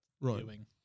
viewing